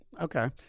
Okay